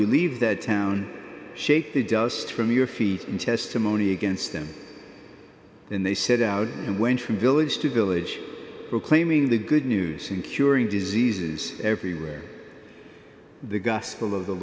you leave that town shake the dust from your feet and testimony against them and they set out and went from village to village proclaiming the good news and curing diseases everywhere the gospel of the